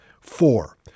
Four